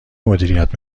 مدیریت